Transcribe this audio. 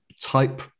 type